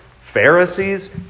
Pharisees